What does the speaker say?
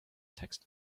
text